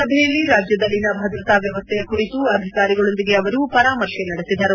ಸಭೆಯಲ್ಲಿ ರಾಜ್ಯದಲ್ಲಿನ ಭದ್ರತಾ ವ್ಯವಸ್ವೆಯ ಕುರಿತು ಅಧಿಕಾರಿಗಳೊಂದಿಗೆ ಅವರು ಪರಾಮರ್ತೆ ನಡೆಸಿದರು